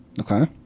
Okay